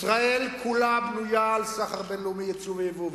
ישראל כולה בנויה על סחר בין-לאומי, יצוא ויבוא.